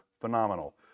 phenomenal